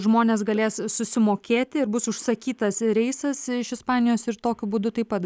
žmonės galės susimokėti ir bus užsakytas reisas iš ispanijos ir tokiu būdu taip pat